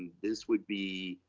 this would be